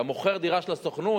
אתה מוכר דירה של הסוכנות,